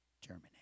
germinate